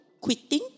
quitting